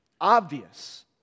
obvious